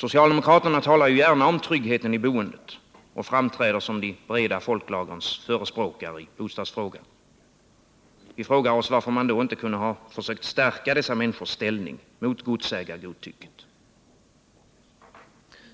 Socialdemokraterna talar ju gärna om tryggheten i boendet och framträder som de breda folklagrens förespråkare i bostadsfrågor. Vi frågar oss varför man då inte har försökt stärka dessa människors ställning mot godsägargodtycket.